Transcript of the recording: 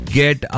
get